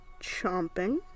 Chomping